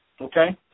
okay